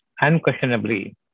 unquestionably